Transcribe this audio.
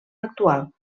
actual